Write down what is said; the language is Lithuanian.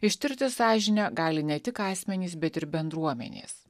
ištirti sąžinę gali ne tik asmenys bet ir bendruomenės